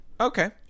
Okay